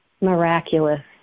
miraculous